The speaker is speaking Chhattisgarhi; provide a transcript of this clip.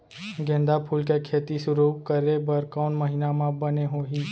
गेंदा फूल के खेती शुरू करे बर कौन महीना मा बने होही?